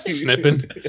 snipping